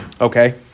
okay